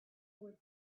with